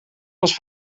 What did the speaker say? was